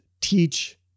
teach